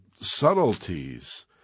subtleties